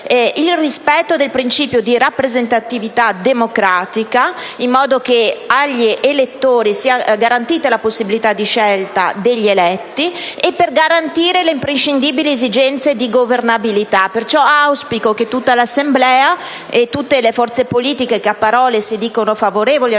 il rispetto del principio di rappresentatività democratica, in modo che agli elettori sia garantita la possibilità di scelta degli eletti, e la garanzia delle imprescindibili esigenze di governabilità. Pertanto, auspico che l'intera Assemblea e tutte le forze politiche, che a parole si dicono favorevoli al